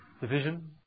division